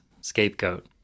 scapegoat